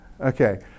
Okay